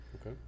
Okay